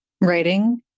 writing